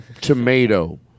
tomato